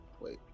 wait